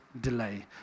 delay